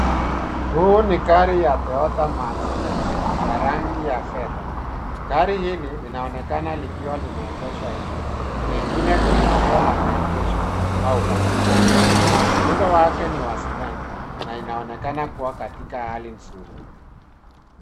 Huu ni gari ya Toyota Mark X ya rangi ya fedha. Gari hili linaonekana likiwa limeegeshwa nje, pengine kwenye eneo la maegesho au barabarani. Muundo wake ni wa sedan na inaonekana kuwa katika hali nzuri.